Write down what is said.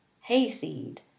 hayseed